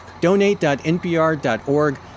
Donate.npr.org